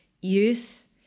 youth